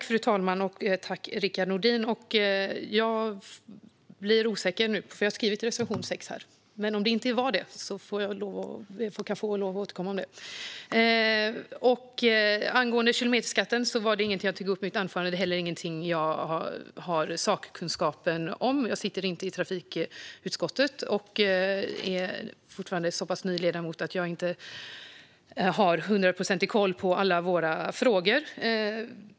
Fru talman! Jag blir osäker nu, för jag har skrivit "reservation 6" här i mina papper. Om det inte stämmer ber jag om lov att få återkomma till detta. Angående kilometerskatten var den inget jag tog upp i mitt anförande, och den är heller ingenting som jag har sakkunskapen om. Jag sitter inte i trafikutskottet och är fortfarande så pass ny som ledamot att jag inte har hundraprocentig koll på alla våra frågor.